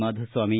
ಮಾಧುಸ್ಲಾಮಿ